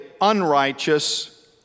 unrighteous